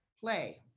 Play